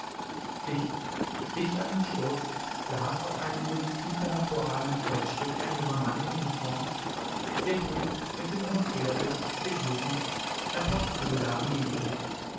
dicht dicht an dem sturz saß auf einem über die tiefe hervorragenden felsenstück ein junger mann in uniform der hut mit dem hohen federbusch der degen ein portefeuille lagen neben ihm